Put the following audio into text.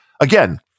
again